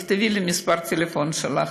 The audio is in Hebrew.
תכתבי לי את מספר הטלפון שלך.